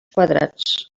quadrats